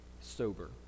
sober